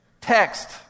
text